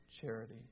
charity